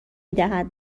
میدهد